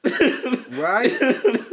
right